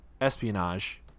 espionage